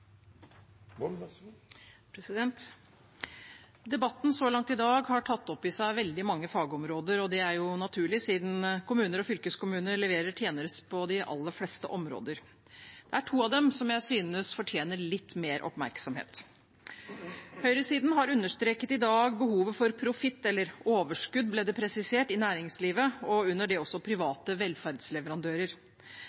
bo hjemme så lenge som mulig. Debatten så langt i dag har tatt opp i seg veldig mange fagområder. Det er naturlig, siden kommuner og fylkeskommuner leverer tjenester på de aller fleste områder. Det er to av dem jeg synes fortjener litt mer oppmerksomhet. Høyresiden har i dag understreket behovet for profitt, eller «overskudd», som det ble presisert, i næringslivet, og under det også